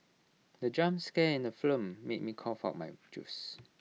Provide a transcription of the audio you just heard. the jump scare in the film made me cough out my juice